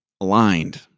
aligned